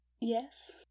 Yes